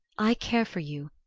i care for you,